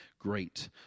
great